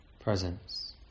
presence